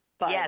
Yes